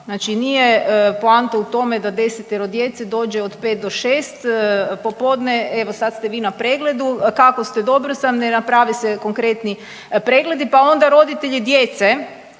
Znači nije poanta u tome da desetero djece dođe od 5 do 6 popodne, evo sad ste vi na pregledu, kako ste, dobro sam, ne naprave se konkretni pregledi pa onda roditelji djece